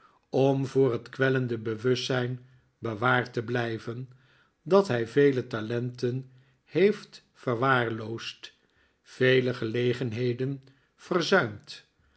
om voor het kwellende bewustzijn bewaard te blijven dat hij vele talenten heeft verwaarloosd vele gelegenheden verzuimd